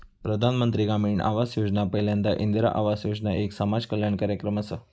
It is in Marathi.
प्रधानमंत्री ग्रामीण आवास योजना पयल्यांदा इंदिरा आवास योजना एक समाज कल्याण कार्यक्रम असा